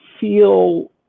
feel